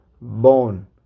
bone